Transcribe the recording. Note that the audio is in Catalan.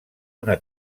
una